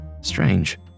Strange